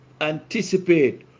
anticipate